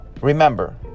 remember